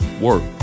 work